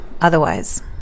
otherwise